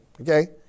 Okay